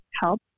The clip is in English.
help